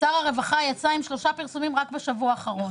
שר הרווחה יצא עם שלושה פרסומים רק בשבוע האחרון.